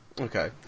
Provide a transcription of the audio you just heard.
Okay